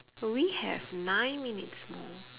we have nine minutes more